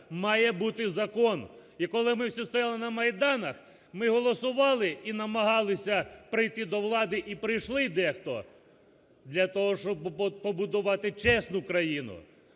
Має бути закон. І коли ми всі стояли на майданах, ми голосували і намагалися прийти до влади, і прийшли дехто, для того, щоб побудувати чесну країну,